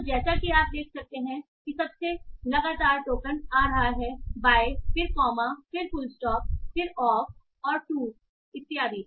तो जैसा कि आप देख सकते हैं कि सबसे लगातार टोकन आ रहा है by फिर comma फिर full stop फिर of और to a इत्यादि